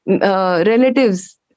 relatives